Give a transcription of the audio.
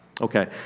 Okay